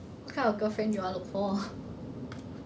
kind of girlfriend you want look for